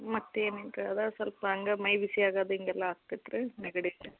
ಮತ್ತೇನು ಇಲ್ಲ ರೀ ಅದೇ ಸ್ವಲ್ಪ ಹಂಗ ಮೈ ಬಿಸಿ ಆಗೋದು ಹಿಂಗೆಲ್ಲ ಆಗ್ತೈತೆ ರೀ ನೆಗಡಿ ಕೆಮ್ಮು